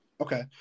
Okay